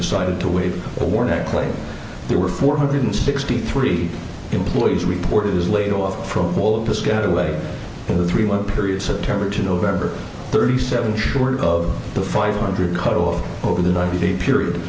decided to the morning claim there were four hundred sixty three employees reported is laid off from all of this get away from the three month period september to november thirty seven short of the five hundred cut off over the ninety day period